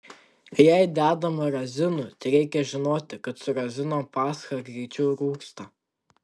jei dedama razinų tai reikia žinoti kad su razinom pascha greičiau rūgsta